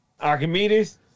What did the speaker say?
Archimedes